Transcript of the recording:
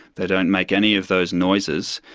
they don't make any of those noises.